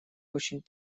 очень